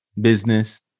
business